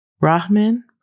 Rahman